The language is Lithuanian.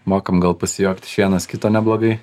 mokam gal pasijuokti iš vienas kito neblogai